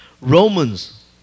Romans